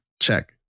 Check